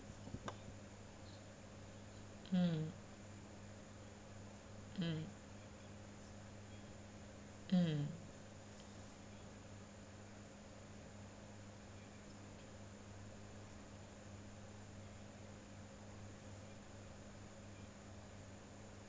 mm mm mm